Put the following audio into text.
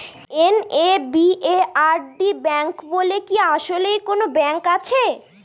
NABARD bank বলে কি আসলেই কোনো ব্যাংক আছে?